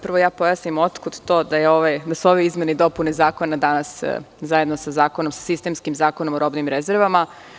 Prvo da pojasnim otkud to da su ove izmene i dopune Zakona danas zajedno sa sistemskim Zakonom o robnim rezervama.